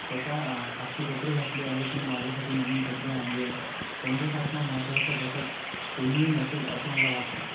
स्वतः फाटके कपडे घातले आहे पण माझ्यासाठी नवीन कपडे आणले आहे त्यांच्यासारखा महत्त्वाचा घटक कोणीही नसेल असं मला वाटते